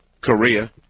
Korea